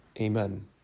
Amen